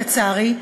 לצערי,